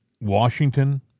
Washington